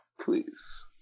Please